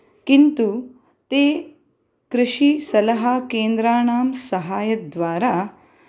किन्तु ते कृषिसलहाकेन्द्राणां सहायद्वारा